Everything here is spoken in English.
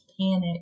panic